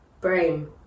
Brain